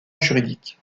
juridique